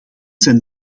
zijn